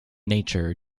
nature